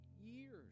years